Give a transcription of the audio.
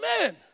Amen